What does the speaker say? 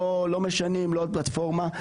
לא משנים פלטפורמה,